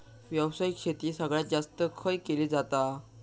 व्यावसायिक शेती सगळ्यात जास्त खय केली जाता?